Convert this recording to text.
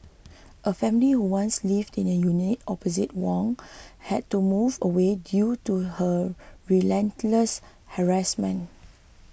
a family who once lived in a unit opposite Wang had to move away due to her relentless harassment